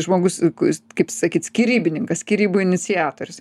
žmogus kuis kaip sakyt skirybininkas skyrybų iniciatorius